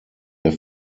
der